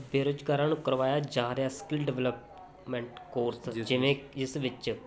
ਬੇਰੁਜਗਾਰਾਂ ਨੂੰ ਕਰਵਾਇਆ ਜਾ ਰਿਹਾ ਸਕਿੱਲ ਡਿਵਲਪਮੈਂਟ ਕੋਰਸ ਜਿਵੇਂ ਇਸ ਵਿੱਚ